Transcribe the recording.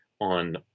on